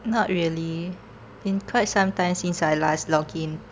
not really been quite some time since I last login